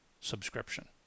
subscription